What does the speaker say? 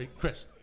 Chris